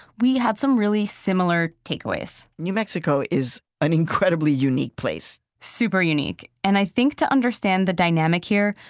we had some really similar takeaways new mexico is an incredibly unique place super unique. and i think to understand the dynamic here,